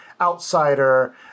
outsider